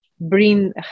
bring